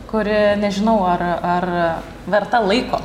kuri nežinau ar ar verta laiko